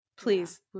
please